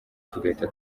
tugahita